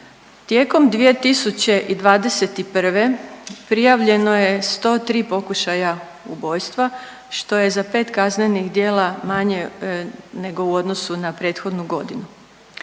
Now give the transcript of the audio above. Tijekom 2021. prijavljeno je 103 pokušaja ubojstva što je za 5 kaznenih djela manje nego u odnosu na prethodnu godinu.